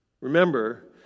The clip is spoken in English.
Remember